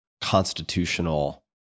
constitutional